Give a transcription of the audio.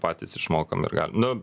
patys išmokom ir galim nu